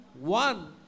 one